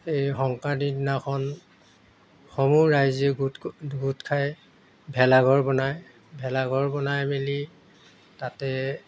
এই সংক্ৰান্তিৰ দিনাখন সমূহ ৰাইজে গোট গোট খাই ভেলাঘৰ বনায় ভেলাঘৰ বনাই মেলি তাতে